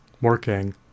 working